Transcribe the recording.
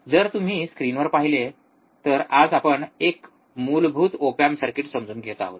जर तुम्ही स्क्रीनवर पाहिले तर आज आपण मूलभूत ओप एम्प सर्किट समजून घेत आहोत